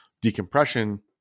decompression